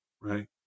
Right